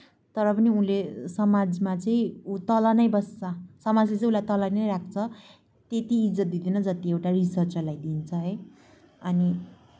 तर पनि उसले समाजमा चाहिँ ऊ तल नै बस्छ समाजले उसलाई तल नै राख्छ त्यति इज्जत दिँदैन जति एउटा रिसर्चरलाई दिन्छ है अनि